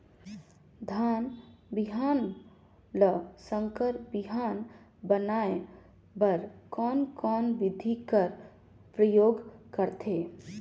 धान बिहान ल संकर बिहान बनाय बर कोन कोन बिधी कर प्रयोग करथे?